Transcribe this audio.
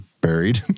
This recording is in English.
Buried